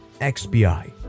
XBI